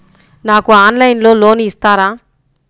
నాకు ఆన్లైన్లో లోన్ ఇస్తారా?